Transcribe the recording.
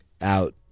out